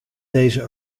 deze